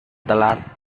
telah